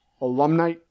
Alumni